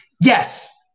yes